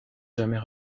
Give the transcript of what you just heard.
jamais